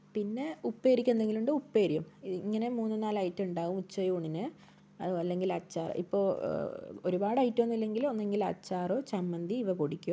പിന്നെ ഉപ്പേരിക്കെന്തെങ്കിലും ഉണ്ടേൽ ഉപ്പേരിയും ഇങ്ങനെ മൂന്ന് നാല് ഐറ്റം ഉണ്ടാകും ഉച്ചയൂണിന് അതുവല്ലെങ്കിൽ അച്ചാർ ഇപ്പൊൾ ഒരു പാട് ഐറ്റമൊന്നുമില്ലെങ്കിൽ ഒന്നുങ്കിൽ അച്ചാറ് ചമ്മന്തി ഇവ പൊടിക്കും